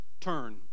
turn